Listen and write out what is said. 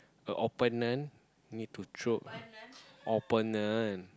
opponent need to throw opponent